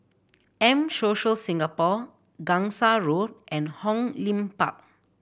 M Social Singapore Gangsa Road and Hong Lim Park